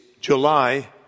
July